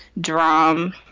Drum